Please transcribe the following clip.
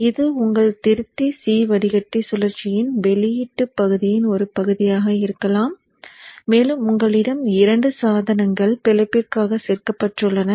எனவே இது உங்கள் திருத்தி C வடிகட்டி சுழற்சியின் வெளியீட்டுப் பகுதியின் ஒரு பகுதியாக இருக்கலாம் மேலும் உங்களிடம் 2 சாதனங்கள் பிழைப்பிற்காக சேர்க்கப்பட்டுள்ளன